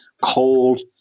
Cold